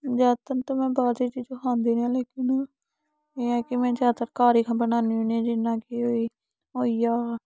ज्यादातर ते मैं बाह्र दी चीजां खांदी नी ऐ लेकिन एह् ऐ कि में ज्यादातर घर ही ख बनानी हुन्नी जियां कि होई होई गेआ